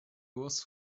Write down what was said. was